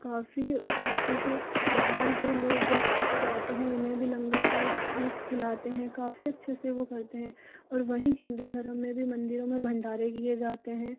काफ़ी अच्छे से बाहर जो लोग रस्ते पर जाते है उन्हे भी लंगर का वो खिलाते है काफ़ी अच्छे से वह करते हैं और वहीं हिन्दू धर्म में भी मंदिरों मे भंडारे किये जाते हैं